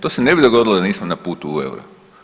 To se ne bi dogodilo da nismo na putu u euro.